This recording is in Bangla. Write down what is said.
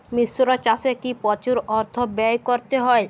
মিশ্র চাষে কি প্রচুর অর্থ ব্যয় করতে হয়?